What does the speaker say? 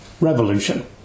revolution